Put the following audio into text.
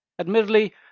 Admittedly